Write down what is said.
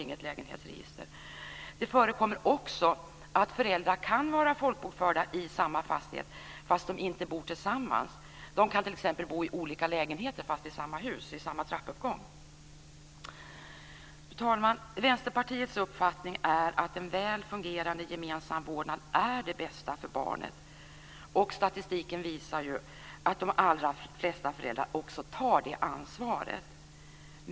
Det förekommer också att föräldrar kan vara folkbokförda i samma fastighet fast de inte bor tillsammans. De kan t.ex. bo i olika lägenheter i samma hus, i samma trappuppgång. Vi har ju inte något lägenhetsregister. Fru talman! Vänsterpartiets uppfattning är att en väl fungerande gemensam vårdnad är det bästa för barnet. Statistiken visar att de allra flesta föräldrar tar det ansvaret.